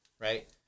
right